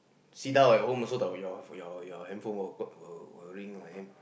sit down at home also don't off your your handphone will will ring lah okay